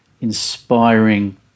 inspiring